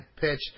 pitch